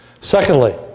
Secondly